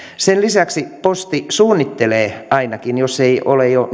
sen lisäksi posti ainakin suunnittelee jos ei ole jo